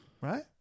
right